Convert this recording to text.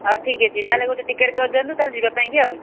ହଉ ଠିକ୍ ଅଛି ତା'ହେଲେ ଗୋଟେ ଟିକେଟ୍ କରିଦିଅନ୍ତୁ ତା'ହେଲେ ଯିବା ପାଇଁକି ଆଉ